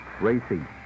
Racing